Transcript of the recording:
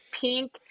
Pink